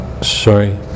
Sorry